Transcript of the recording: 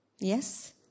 Yes